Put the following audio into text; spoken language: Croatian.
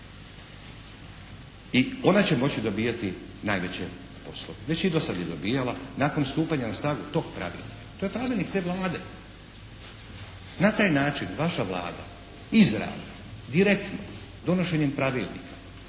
I ona će moći dobivati najveće poslove, već je i dosada dobivala, nakon stupanja na snagu tog pravilnika, to je pravilnik te Vlade. Na taj način vaša Vlada izravno, direktno, donošenjem pravilnika